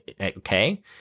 okay